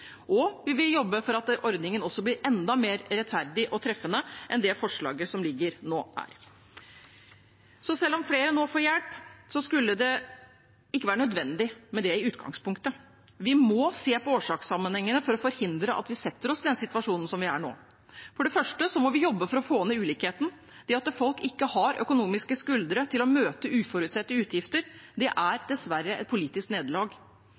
Og vi vil jobbe for at ordningen også blir enda mer rettferdig og treffende enn det forslaget som nå ligger her. Selv om flere nå får hjelp, skulle det i utgangspunktet ikke vært nødvendig. Vi må se på årsakssammenhengene for å forhindre at vi setter oss i den situasjonen som vi er i nå. For det første må vi jobbe for å få ned ulikheten. Det at folk ikke har økonomiske skuldre til å møte uforutsette utgifter, er dessverre et politisk nederlag.